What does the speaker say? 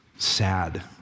Sad